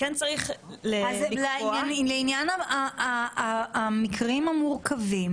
לעניין המקרים המורכבים